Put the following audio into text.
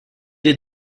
est